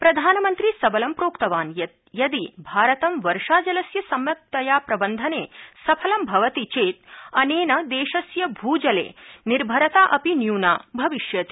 प्रधानमन्त्री सबलं प्रोक्तवान् यत् यदि भारतं वर्षाजलस्य सम्यक्तया प्रबन्धने सफलं भवति तर्हि अनेन देशस्य भूजले निर्भरता अपि न्यूना भविष्यति